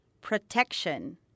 Protection